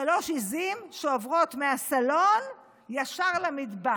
שלוש עיזים שעוברות מהסלון ישר למטבח.